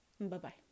Bye-bye